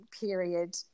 period